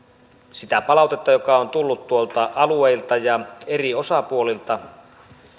sitä palautetta joka on tullut alueilta ja eri osapuolilta